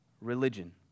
religion